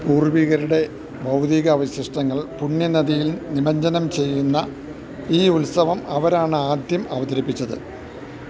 പൂർവ്വികരുടെ ഭൗതികാവശിഷ്ടങ്ങൾ പുണ്യനദിയിൽ നിമഞ്ചനം ചെയ്യുന്ന ഈ ഉത്സവം അവരാണാദ്യം അവതരിപ്പിച്ചത്